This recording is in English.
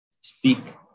speak